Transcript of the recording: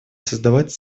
создавать